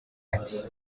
ati